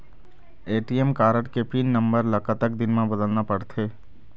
ATM card के pin number ला कतक दिन म बदलना पड़थे?